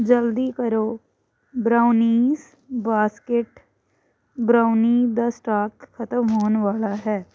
ਜਲਦੀ ਕਰੋ brownies basket brownie ਦਾ ਸਟਾਕ ਖਤਮ ਹੋਣ ਵਾਲਾ ਹੈ